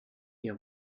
ihr